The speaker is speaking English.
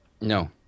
No